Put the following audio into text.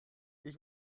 ich